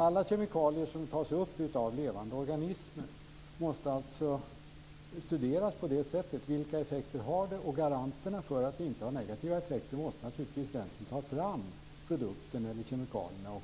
Alla kemikalier som tas upp av levande organismer måste studeras på det sättet. Vilka är effekterna? Garanterna för att en produkt kemikalien och